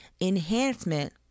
enhancement